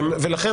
לכן,